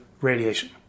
radiation